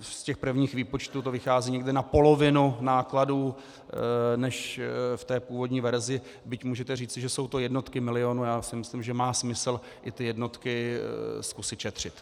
Z prvních výpočtů to vychází někde na polovinu nákladů než v původní verzi, byť můžete říci, že jsou to jednotky milionů, a myslím si, že má smysl i ty jednotky zkusit šetřit.